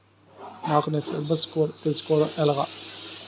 నాకు నా సిబిల్ స్కోర్ తెలుసుకోవడం ఎలా?